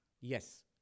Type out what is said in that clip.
yes